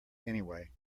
anyway